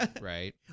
right